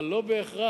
אבל לא בהכרח